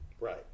Right